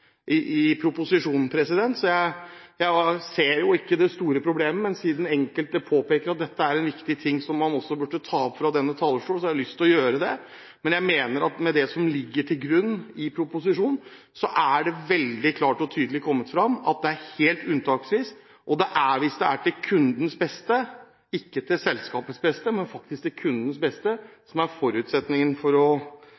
proposisjonen. Jeg ser ikke det store problemet, men siden enkelte påpeker at dette er en viktig ting som man bør ta opp fra denne talerstolen, har jeg lyst til å gjøre det. Men jeg mener at i proposisjonen er det kommet veldig tydelig og klart fram at dette er helt unntaksvis, og at forutsetningen for å kunne utvide til 24 måneder er når det er til kundens beste – ikke til selskapets beste.